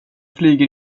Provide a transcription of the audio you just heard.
flyger